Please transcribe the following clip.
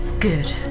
Good